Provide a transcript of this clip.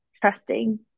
trusting